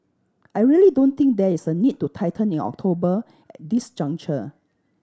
I really don't think there is a need to tighten in October at this juncture